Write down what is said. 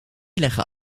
leggen